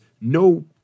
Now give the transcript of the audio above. no